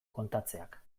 kontatzeak